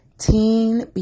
teen